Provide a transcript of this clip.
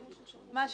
יש תושבים,